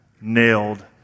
nailed